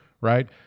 right